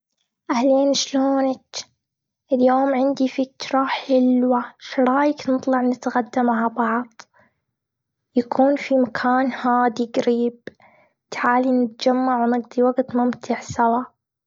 أهلين! شلونچ؟ اليوم عندي فكرة حلوة. إيش رأيك نطلع نتغدى مع بعض؟ يكون في مكان هادي قريب، تعالي نتجمع ونقضي وقت ممتع سوا.